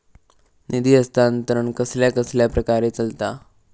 निधी हस्तांतरण कसल्या कसल्या प्रकारे चलता?